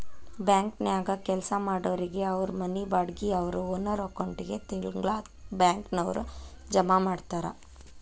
ಬ್ಯಾಂಕನ್ಯಾಗ್ ಕೆಲ್ಸಾ ಮಾಡೊರಿಗೆ ಅವ್ರ್ ಮನಿ ಬಾಡ್ಗಿ ಅವ್ರ್ ಓನರ್ ಅಕೌಂಟಿಗೆ ತಿಂಗ್ಳಾ ಬ್ಯಾಂಕ್ನವ್ರ ಜಮಾ ಮಾಡ್ತಾರ